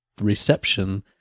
reception